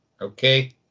okay